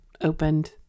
opened